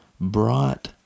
brought